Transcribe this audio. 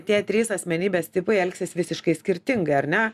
tie trys asmenybės tipai elgsis visiškai skirtingai ar ne